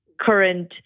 current